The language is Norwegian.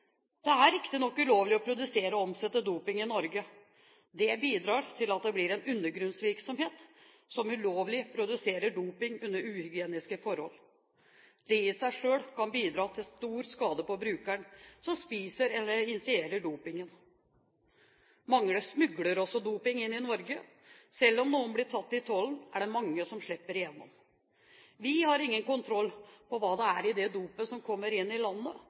Det er riktignok ulovlig å produsere og omsette doping i Norge. Det bidrar til at det blir en undergrunnsvirksomhet som ulovlig produserer doping under uhygieniske forhold. Det i seg selv kan bidra til stor skade på brukeren som spiser eller injiserer dopingen. Mange smugler dopingen inn i Norge, og selv om noen blir tatt i tollen, er det mange som slipper igjennom. Vi har ingen kontroll på hva det er i det dopet som kommer inn i landet,